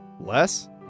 Less